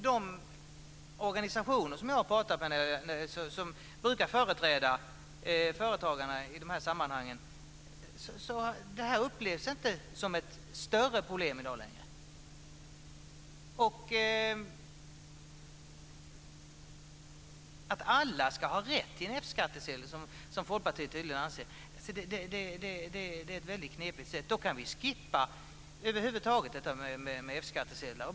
De organisationer som jag har pratat med och som brukar företräda företagarna i de här sammanhangen upplever det inte som något större problem längre. Om alla ska ha rätt till en F-skattsedel, som Folkpartiet tydligen anser, blir det väldigt knepigt. Då kan vi över huvud taget skippa F-skattsedlarna.